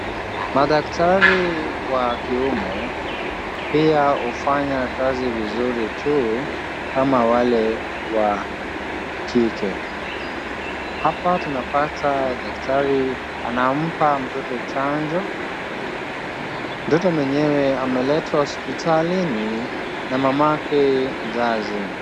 Madaktari wa kiume pia hufanya kazi vizuri tu kama wale wa kike. Hapa tunapata daktari anampa mtoto chanjo. Mtoto mwenyewe ameletwa hospitalini na mamake mzazi.